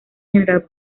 general